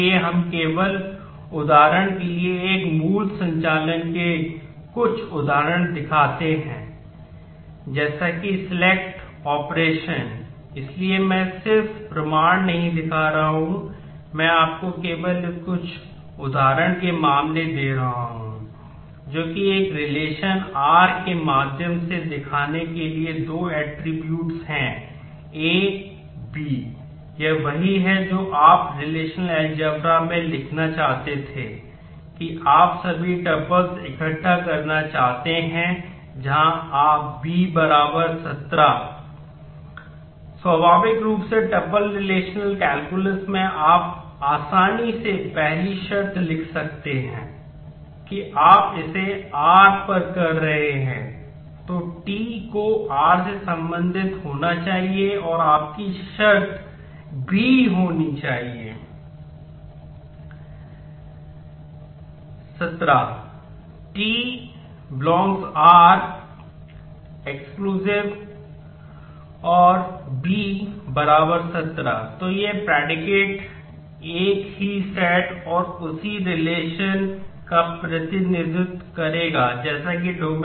इसलिए हम केवल उदाहरण के लिए मूल संचालन के कुछ उदाहरण दिखाते हैं जैसे सेलेक्ट ऑपरेशन इकट्ठा करना चाहते हैं जहां b 17 स्वाभाविक रूप से टपल रिलेशनल कैलकुलस में दो घटक होते हैं a और b